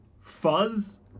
fuzz